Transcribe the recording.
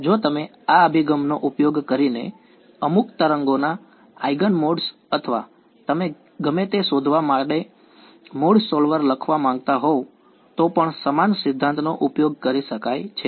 જો તમે આ અભિગમનો ઉપયોગ કરીને અમુક તરંગોના આઇગનમોડ્સ અથવા ગમે તે શોધવા માટે મોડ સોલ્વર લખવા માંગતા હોવ તો પણ સમાન સિદ્ધાંતનો ઉપયોગ કરી શકાય છે